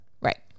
Right